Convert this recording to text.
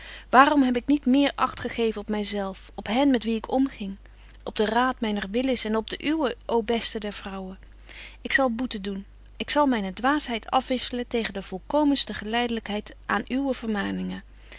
waarom heb ik niet meer acht gegeven op my zelf op hen met wie ik omging op den raad myner willis en op den uwen ô beste der vrouwen ik zal boete betje wolff en aagje deken historie van mejuffrouw sara burgerhart doen ik zal myne dwaasheid afwisselen tegen de volkomenste geleidelykheid aan uwe vermaningen